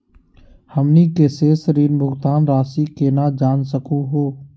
हमनी के शेष ऋण भुगतान रासी केना जान सकू हो?